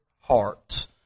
hearts